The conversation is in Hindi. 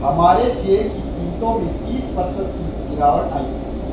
हमारे शेयर की कीमतों में तीस प्रतिशत की गिरावट आयी है